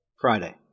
Friday